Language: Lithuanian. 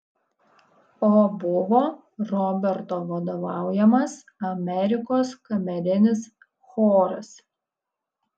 o buvo roberto vadovaujamas amerikos kamerinis choras